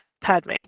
Padme